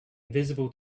visible